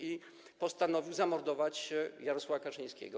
i postanowił zamordować Jarosława Kaczyńskiego.